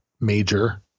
major